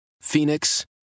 Phoenix